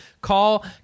call